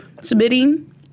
submitting